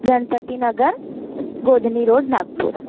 Ganpatinagar Godhni road Nagpur